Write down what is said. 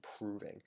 improving